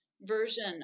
version